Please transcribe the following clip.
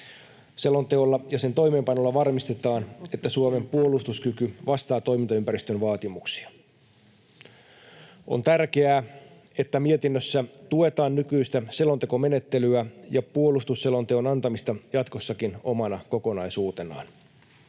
Selonteolla ja sen toimeenpanolla varmistetaan, että Suomen puolustuskyky vastaa toimintaympäristön vaatimuksia. On tärkeää, että mietinnössä tuetaan nykyistä selontekomenettelyä ja puolustusselonteon antamista jatkossakin omana kokonaisuutenaan.